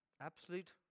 Absolute